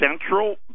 central